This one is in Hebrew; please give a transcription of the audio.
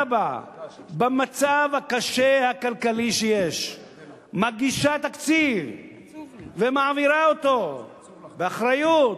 במצב הכלכלי הקשה שיש היא היתה מגישה תקציב ומעבירה אותו באחריות,